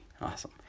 Awesome